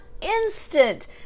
Instant